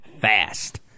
fast